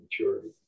maturity